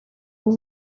ubu